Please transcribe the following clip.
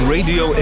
Radio